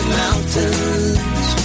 mountains